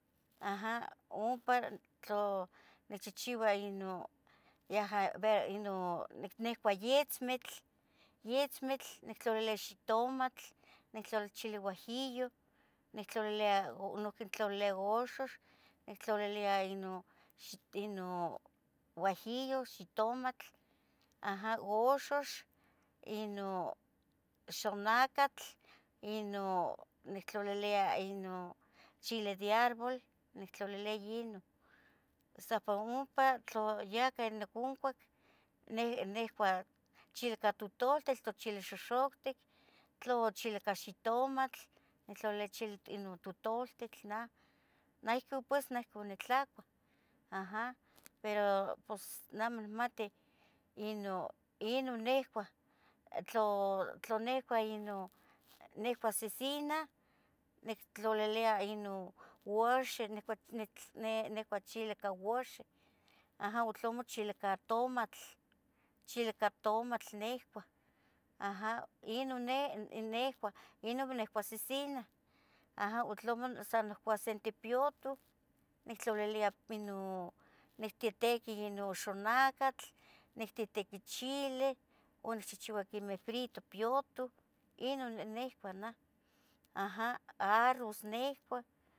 aja. Ompa nichchichiua yaja itzmitl, nictlolilia xitomatl, nictlolilia chile huajillo, nictlolilia noyiuqui nictlolilia axoxo, nictlolilia inon huajillo, xitomatl, axux, xonacatl, inon nictlolilia, inon chile de árbol, nictlalilia inon, san pa ompa tlo yonoconcuac. Nihcuah chili ica totoltitl, tochili xoxoctic, tlo chili ica xitomatl nictlalilia chili ica inon totoltitl, nah ohcon pues ica nitlahcuah, pues neh amo nicmatih Inon nihcua. Tla nicua cecina, nictlalilia uaxin, nicua chili ica uaxin, noso tlamo chili ica tomatl, chili ica tomatl nicuah ino nicuah cicinah, o tlamo san ohcon sentepiyotoh, nictlalilia nictitiquih inon xonacatl, nictitiquih chilih o nichihchiua quemeh frito, piyoto, Inon nicuah naj aja. Nicuah san arroz nicuah